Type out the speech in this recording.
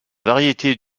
variétés